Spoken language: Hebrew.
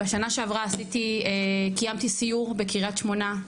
בשנה שעברה קיימתי סיור בקריית שמונה,